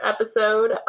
episode